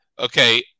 Okay